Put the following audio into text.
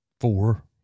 four